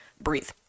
breathe